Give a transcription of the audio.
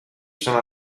sono